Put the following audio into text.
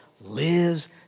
lives